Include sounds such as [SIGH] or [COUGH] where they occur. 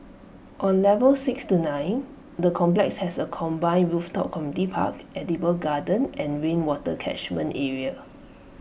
on levels six to nine the complex has A combined rooftop [UNINTELLIGIBLE] park edible garden and rainwater catchment area